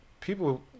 People